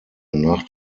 nach